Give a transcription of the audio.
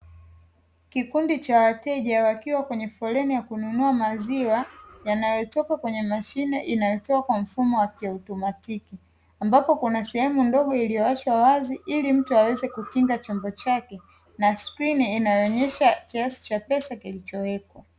Kikundi cha wateja wakiwa kwenye foleni ya kununua maziwa yanayotoka kwenye mashine inayotoa kwa mfumo wa kiautomatiki, ambapo kuna sehemu ndogo iliyoachwa wazi ili mtu aweze kukinga chombo chake na skrini inayoonyesha kiasi cha pesa kilichowekwa.